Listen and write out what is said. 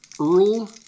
Earl